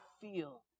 feel